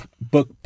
book